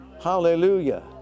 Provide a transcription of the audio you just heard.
Hallelujah